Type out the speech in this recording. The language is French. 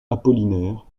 apollinaire